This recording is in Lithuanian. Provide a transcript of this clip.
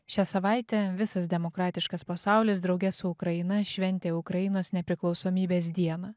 šią savaitę visas demokratiškas pasaulis drauge su ukraina šventė ukrainos nepriklausomybės dieną